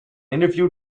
interview